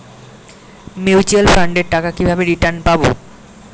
Mutual ফান্ডের টাকা কিভাবে রিটার্ন পাব?